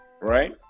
right